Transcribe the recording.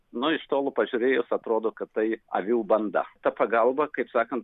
nu iš tolo pažiūrėjus atrodo kad tai avių banda ta pagalba kaip sakant